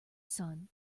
sun